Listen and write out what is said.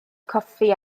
coffi